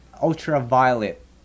Ultraviolet